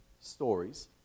stories